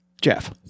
jeff